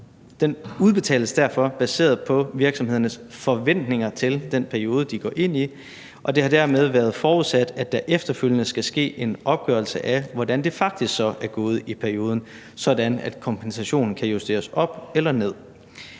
udbetales derfor baseret på virksomhedernes forventninger til den periode, de går ind i, og det har dermed været forudsat, at der efterfølgende skal ske en opgørelse af, hvordan det så faktisk er gået i perioden – sådan at kompensationen kan justeres op eller ned.